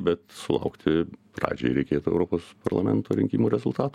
bet sulaukti pradžiai reikėtų europos parlamento rinkimų rezultatų